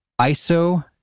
ISO